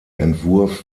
entwurf